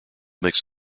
makes